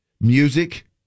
Music